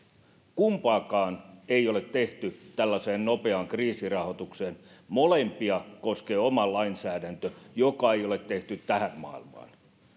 kumpaakaan ei ole tehty tällaiseen nopeaan kriisirahoitukseen molempia koskee oma lainsäädäntö joka ei ole tehty tähän maailmaan